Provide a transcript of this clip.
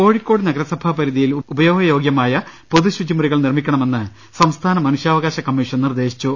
കോഴിക്കോട് നഗരസഭാ പരിധിയിൽ ഉപയോഗയോഗ്യമായ പൊതുശുചിമുറികൾ നിർമിക്കണമെന്ന് സംസ്ഥാന മനുഷ്യാവകാശ കമ്മിഷൻ നിർദേശിച്ചു